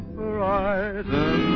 horizon